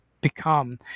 become